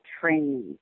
training